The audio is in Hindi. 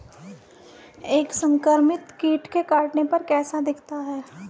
एक संक्रमित कीट के काटने पर कैसा दिखता है?